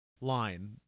line